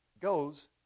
goes